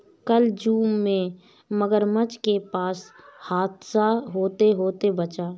कल जू में मगरमच्छ के पास हादसा होते होते बचा